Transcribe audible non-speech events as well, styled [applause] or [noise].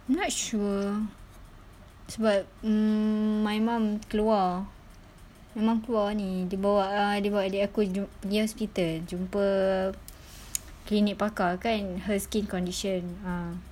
I'm not sure but my mum keluar my mom keluar ni dia bawa dia bawa adik aku pergi hospital jumpa [noise] clicnic pakar kan her skin condition ah